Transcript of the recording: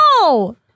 No